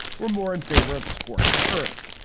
were more in favor of scorched earth.